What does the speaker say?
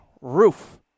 roof